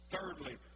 Thirdly